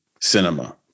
cinema